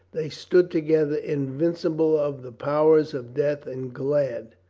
they stood together invincible of the powers of death and glad.